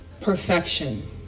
perfection